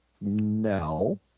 No